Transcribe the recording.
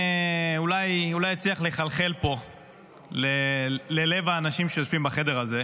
אולי יצליח לחלחל פה ללב האנשים שיושבים בחדר הזה.